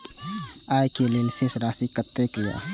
आय के लेल शेष राशि कतेक या?